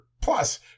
plus